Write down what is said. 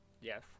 yes